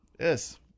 Yes